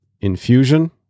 infusion